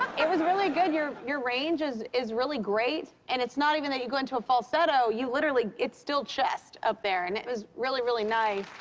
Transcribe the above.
it was really good. your your range is is really great. and it's not even that you go into a falsetto, you literally it's still chest up there, and it was really, really nice.